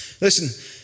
Listen